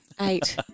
Eight